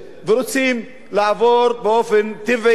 ורוצים לעבור באופן טבעי,